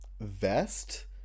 vest